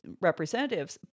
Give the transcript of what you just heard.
representatives